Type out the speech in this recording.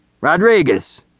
Rodriguez